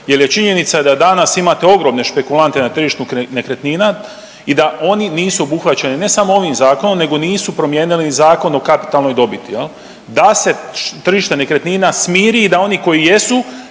je činjenica da danas imate ogromne špekulante na tržištu nekretnina i da oni nisu obuhvaćeni ne samo ovim zakonom, nego nisu promijenili ni Zakon o kapitalnoj dobiti, da se tržište nekretnina smiri i da oni koji jesu,